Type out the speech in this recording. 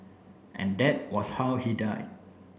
and that was how he died